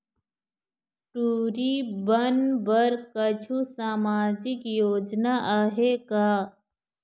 टूरी बन बर कछु सामाजिक योजना आहे का?